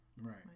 Right